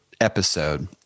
episode